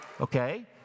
Okay